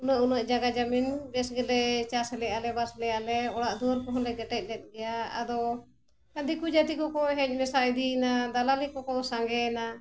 ᱩᱱᱟᱹᱜ ᱩᱱᱟᱹᱜ ᱡᱟᱭᱜᱟ ᱡᱚᱢᱤᱱ ᱵᱮᱥ ᱜᱮᱞᱮ ᱪᱟᱥ ᱞᱮᱜᱼᱟᱞᱮ ᱵᱟᱥ ᱞᱮᱜᱼᱟᱞᱮ ᱚᱲᱟᱜ ᱫᱩᱣᱟᱹᱨ ᱠᱚᱦᱚᱸ ᱞᱮ ᱠᱮᱴᱮᱡ ᱞᱮᱫ ᱜᱮᱭᱟ ᱟᱫᱚ ᱫᱤᱠᱩ ᱡᱟᱹᱛᱤ ᱠᱚᱠᱚ ᱦᱮᱡ ᱢᱮᱥᱟ ᱤᱫᱤᱭᱮᱱᱟ ᱫᱟᱞᱟᱞᱤ ᱠᱚᱠᱚ ᱥᱟᱸᱜᱮᱭᱮᱱᱟ